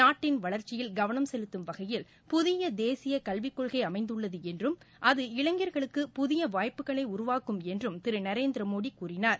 நாட்டின் வளர்ச்சியில் கவனம் செலுத்தும் வகையில் புதிய தேசிய கல்விக் கொள்கை அமைந்துள்ளது என்றும் அது இளைஞர்களுக்கு புதிய வாய்ப்புகளை உருவாக்கும் என்றும் திரு நரேந்திரமோடி கூறினார்